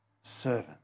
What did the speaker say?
servant